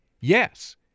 Yes